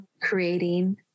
creating